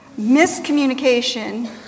miscommunication